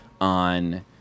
on